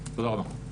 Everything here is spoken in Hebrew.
תודה רבה.